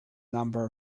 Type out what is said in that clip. number